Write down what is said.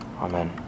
Amen